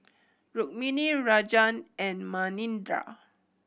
Rukmini Rajan and Manindra